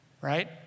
right